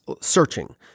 searching